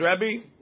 Rebbe